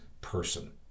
person